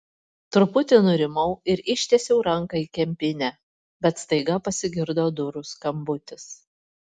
truputį nurimau ir ištiesiau ranką į kempinę bet staiga pasigirdo durų skambutis